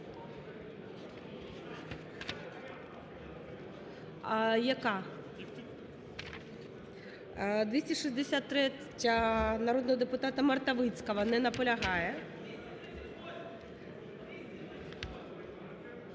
Яка? 263-я, народного депутата Мартовицького. Не наполягає.